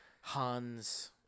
Hans